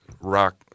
rock